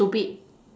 stupid